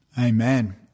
Amen